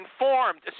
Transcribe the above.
informed